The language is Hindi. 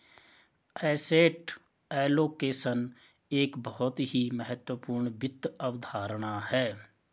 एसेट एलोकेशन एक बहुत ही महत्वपूर्ण वित्त अवधारणा है